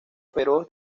feroz